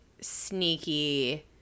sneaky